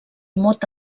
mot